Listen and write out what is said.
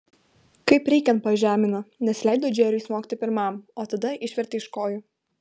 kaip reikiant pažemino nes leido džeriui smogti pirmam o tada išvertė iš kojų